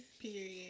Period